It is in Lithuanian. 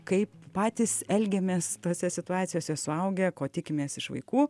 kaip patys elgiamės tose situacijose suaugę ko tikimės iš vaikų